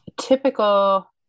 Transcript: typical